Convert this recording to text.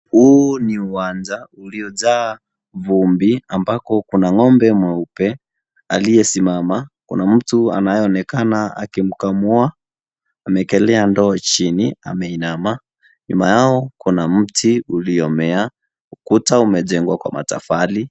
Huu ni uwanja uliojaa vumbi, ambako kuna ng'ombe mweupe aliyesimama. Kuna mtu anayeonekana akimkamua. Amewekelea ndoo chini. Ameinama. Nyuma yao, kuna mti uliomea, ukuta umejengwa kwa matofali.